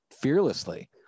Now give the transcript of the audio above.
fearlessly